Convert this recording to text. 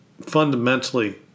fundamentally